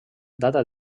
data